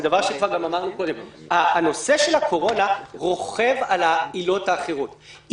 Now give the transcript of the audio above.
זה דבר שכבר אמרנו קודם: הנושא של הקורונה רוכב על העילות האחרות.